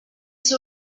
ser